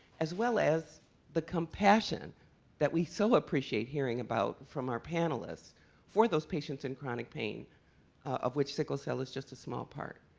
as well as the compassion that we so appreciate hearing about from our panelists for those patients in chronic pain of which sickle cell is just a small part.